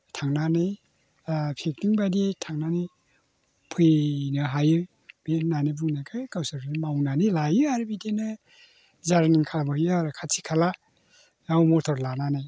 थांनानै पिकनिक बायदि थांनानै फैनो हायो बिदि होननानै बुंनायखाय गावसोरनो मावनानै लायो आरो बिदिनो जारनि खालामबोयो आरो खाथि खाला गाव मथर लानानै